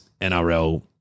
NRL